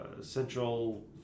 central